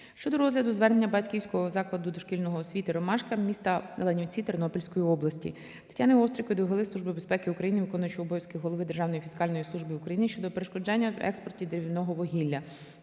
щодо розгляду звернення батьківського закладу дошкільної освіти "Ромашка" міста Ланівці, Тернопільської області. Тетяни Острікової до Голови Служби безпеки України, виконуючого обов'язки Голови Державної фіскальної служби України щодо перешкоджання в експорті деревного вугілля.